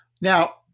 Now